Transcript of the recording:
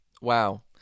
wow